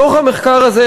מתוך המחקר הזה,